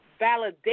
validation